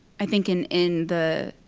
i think in in the